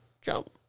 jump